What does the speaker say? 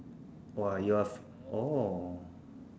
!wah! you are oh